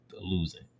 losing